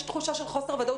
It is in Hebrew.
יש תחושה של חוסר ודאות,